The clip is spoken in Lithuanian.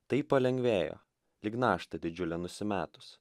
taip palengvėjo lyg naštą didžiulę nusimetus